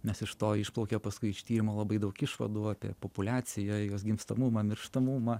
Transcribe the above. nes iš to išplaukė paskui iš tyrimo labai daug išvadų apie populiaciją jos gimstamumą mirštamumą